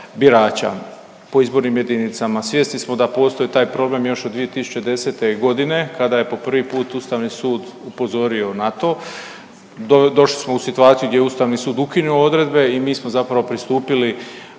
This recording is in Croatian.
birača po izbornim jedinicama, svjesni smo da postoji taj problem još od 2010.g. kada je po prvi put ustavni sud upozorio na to. Došli smo u situaciju gdje je ustavni sud ukinuo odredbe i mi smo zapravo pristupili